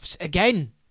again